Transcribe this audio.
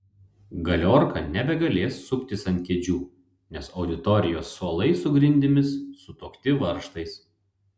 galiorka nebegalės suptis ant kėdžių nes auditorijos suolai su grindimis sutuokti varžtais